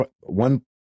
one